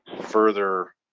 further